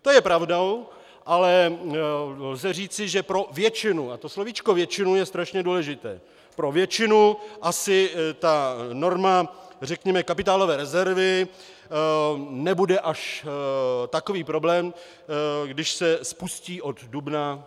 To je pravdou, ale lze říci, že pro většinu, a to slovíčko většinu je straně důležité, pro většinu asi ta norma řekněme kapitálové rezervy nebude až takový problém, když se spustí od dubna 2014.